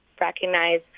recognize